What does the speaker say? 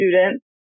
student